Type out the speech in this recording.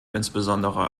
insbesondere